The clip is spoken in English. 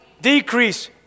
decrease